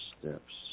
steps